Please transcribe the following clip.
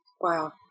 Wow